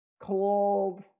cold